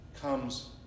comes